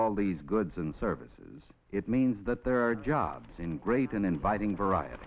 all these goods and services it means that there are jobs in great and inviting variety